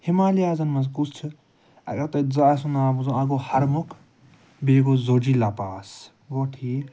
ہِمالِیازَن منٛز کُس چھُ اَگر تۄہہِ زانٛہہ آسوٕ ناو بوٗزمُت اَکھ گوٚو ہرمۄکھ بیٚیہِ گوٚو زوجیٖلا پاس گوٚو ٹھیٖک